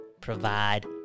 provide